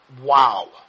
wow